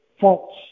false